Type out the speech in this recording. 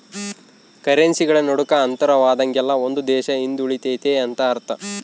ಕರೆನ್ಸಿಗಳ ನಡುಕ ಅಂತರವಾದಂಗೆಲ್ಲ ಒಂದು ದೇಶ ಹಿಂದುಳಿತೆತೆ ಅಂತ ಅರ್ಥ